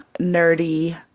nerdy